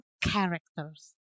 characters